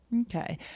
Okay